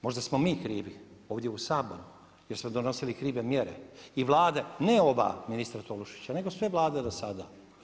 Možda smo mi krivi ovdje u Saboru jer smo donosili krive mjere i vlade, ne ova ministra Tolušića nego sve vlade do sada.